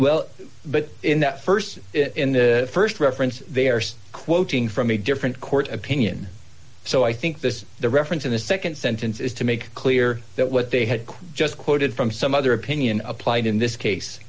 well but in that st in the st reference they are quoting from a different court opinion so i think this is the reference in the nd sentence is to make clear that what they had just quoted from some other opinion applied in this case